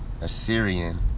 Assyrian